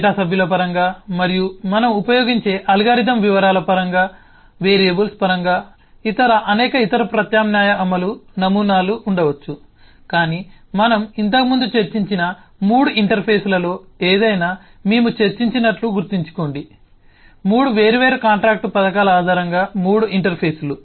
data సభ్యుల పరంగా మరియు మనం ఉపయోగించే అల్గోరిథం వివరాల పరంగా వేరియబుల్స్ పరంగా ఇతర అనేక ఇతర ప్రత్యామ్నాయ అమలు నమూనాలు ఉండవచ్చు కాని మనం ఇంతకుముందు చర్చించిన మూడు ఇంటర్ఫేస్ లలో ఏదైనా మేము చర్చించినట్లు గుర్తుంచుకోండి మూడు వేర్వేరు కాంట్రాక్ట్ పథకాల ఆధారంగా మూడు ఇంటర్ఫేస్ లు